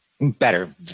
better